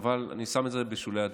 אבל אני שם את זה בשולי הדברים.